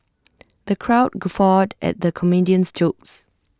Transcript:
the crowd guffawed at the comedian's jokes